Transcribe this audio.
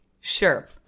Sure